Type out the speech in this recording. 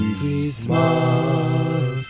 Christmas